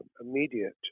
immediate